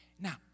Now